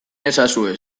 ezazue